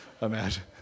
imagine